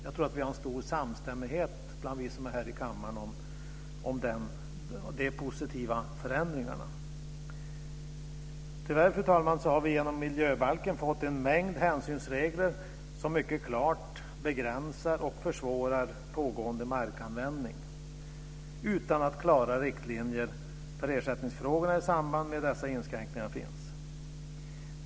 Jag tror att vi som är här i kammaren har en stor samstämmighet om de positiva förändringarna. Tyvärr, fru talman, har vi genom miljöbalken fått en mängd hänsynsregler som mycket klart begränsar och försvårar pågående markanvändning utan att klara riktlinjer för ersättningsfrågorna i samband med dessa inskränkningar finns.